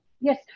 Yes